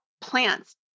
plants